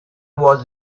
was